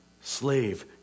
Slave